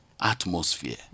atmosphere